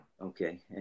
okay